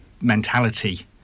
mentality